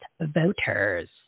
Voters